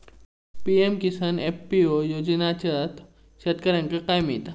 PM Kisan FPO योजनाच्यात शेतकऱ्यांका काय मिळता?